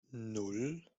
nan